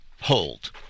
hold